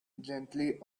gently